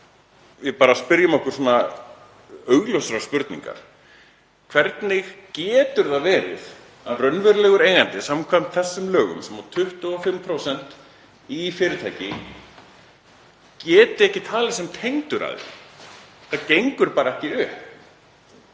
en 25%. Spyrjum okkur augljósrar spurningar: Hvernig getur það verið að raunverulegur eigandi samkvæmt þessum lögum sem á 25% í fyrirtæki geti ekki talist tengdur aðili? Það gengur bara ekki upp